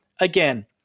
again